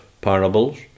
parables